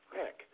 heck